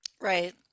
Right